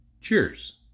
Cheers